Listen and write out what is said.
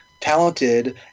talented